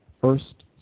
First